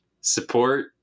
support